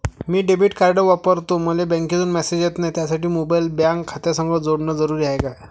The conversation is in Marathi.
मी डेबिट कार्ड वापरतो मले बँकेतून मॅसेज येत नाही, त्यासाठी मोबाईल बँक खात्यासंग जोडनं जरुरी हाय का?